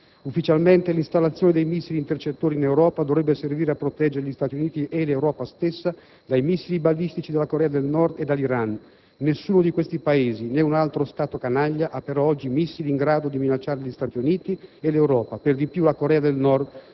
Ufficialmente, l'installazione dei missili intercettori in Europa dovrebbe servire a proteggere gli Stati Uniti e l'Europa stessa dai missili balistici della Corea del Nord e dell'Iran. Nessuno di questi Paesi, né un altro «Stato canaglia», ha però oggi missili in grado di minacciare gli Stati Uniti e l'Europa. Per di più, la Corea del Nord,